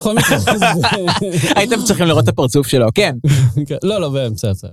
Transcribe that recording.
‫הייתם צריכים לראות את הפרצוף שלו, ‫כן? ‫-לא, לא, באמצע, בסדר.